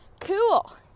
cool